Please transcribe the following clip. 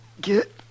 Get